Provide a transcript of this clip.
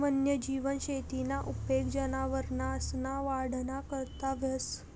वन्यजीव शेतीना उपेग जनावरसना वाढना करता व्हस